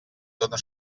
dóna